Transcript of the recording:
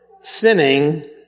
sinning